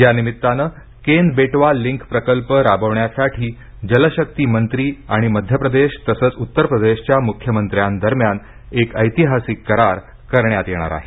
यानिमित्तानं केन बेटवा लिंक प्रकल्प राबविण्यासाठी जलशकी मंत्री आणि मध्यप्रदेश तसंच उत्तर प्रदेशच्या मुख्यमंत्र्यांदरम्यान एक ऐतिहासिक करार करण्यात येणार आहे